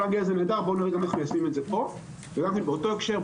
באותו הקשר,